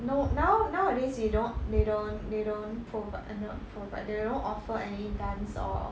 no now nowadays we don't they don't they don't provide err not provide they don't offer any dance or